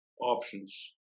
options